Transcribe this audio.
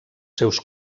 seus